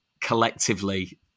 collectively